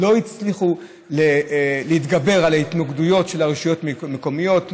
לא הצליחו להתגבר על ההתנגדויות של הרשויות המקומיות,